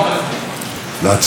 להציע שינוי,